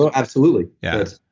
so absolutely. yeah